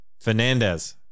Fernandez